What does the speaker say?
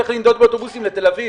שיצטרך לנדוד באוטובוסים לתל אביב?